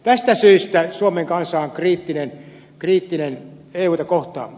tästä syystä suomen kansa on kriittinen euta kohtaan